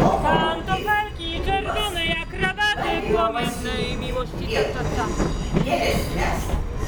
lokomotiv klubas galėjo pasiūlyti lietuviui geresnes